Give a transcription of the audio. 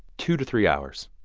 two to three hours.